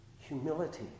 Humility